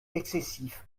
excessif